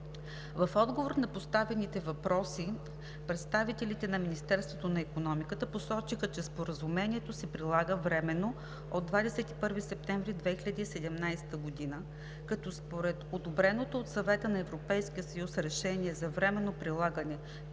В отговор на поставените въпроси представителите на Министерството на икономиката посочиха, че Споразумението се прилага временно от 21 септември 2017 г., като според одобреното от Съвета на Европейския съюз решение за временно прилагане